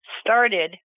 started